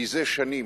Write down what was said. מזה שנים